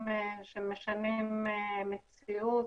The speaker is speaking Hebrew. שמשנים מציאות.